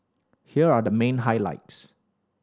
here are the main highlights